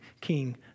King